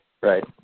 Right